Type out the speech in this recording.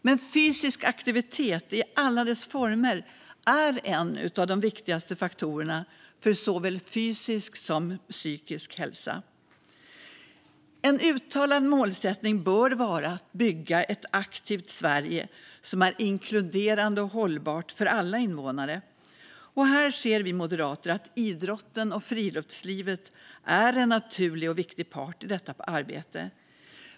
Men fysisk aktivitet i alla dess former är en av de viktigaste faktorerna för såväl fysisk som psykisk hälsa. En uttalad målsättning bör vara att bygga ett aktivt Sverige som är inkluderande och hållbart för alla invånare. Vi moderater ser att idrotten och friluftslivet är en naturlig och viktig part i detta arbete.